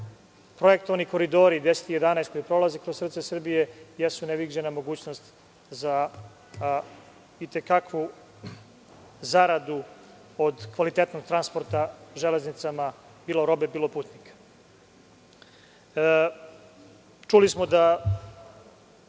projektovani koridori 10 i 11 koji prolaze kroz srce Srbije, jesu neviđena mogućnost za zaradu od kvalitetnog transporta železnicama, bilo robe, bilo putnika. Čuli smo da